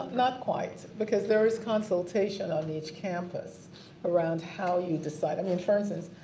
not quite because there is consultation on each campus around how you decide. i mean for instance,